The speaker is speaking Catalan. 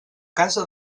casa